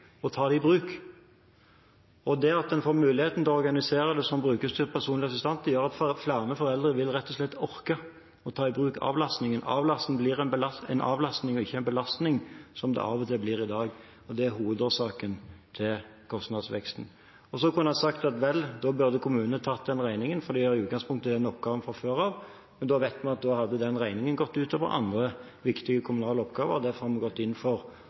å ta det i bruk. Det at en får mulighet til å organisere det som brukerstyrt personlig assistent, gjør at flere foreldre rett og slett vil orke å ta i bruk avlastning – en avlastning og ikke en belastning, som det av og til blir i dag. Det er hovedårsaken til kostnadsveksten. Så kunne jeg ha sagt at vel, da burde kommunene tatt den regningen, fordi de i utgangspunktet har den oppgaven fra før av, men da vet vi at da hadde den regningen gått ut over andre viktige kommunale oppgaver. Derfor har vi gått inn for